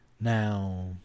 Now